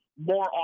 more